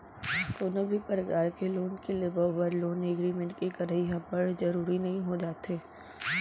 कोनो भी परकार के लोन के लेवब बर लोन एग्रीमेंट के करई ह बड़ जरुरी हो जाथे